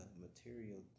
material